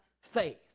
faith